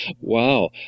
Wow